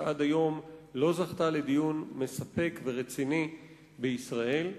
שעד היום לא זכתה לדיון מספק ורציני בישראל,